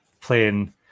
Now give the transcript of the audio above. playing